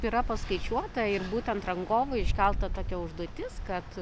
yra paskaičiuota ir būtent rangovui iškelta tokia užduotis kad